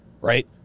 Right